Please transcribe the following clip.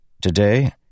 Today